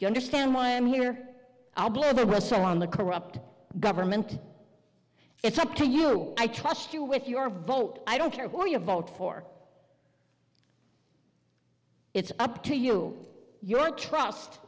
you understand why i'm here i'll blow the whistle on the corrupt government it's up to you i trust you with your vote i don't care what you vote for it's up to you your tru